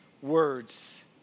words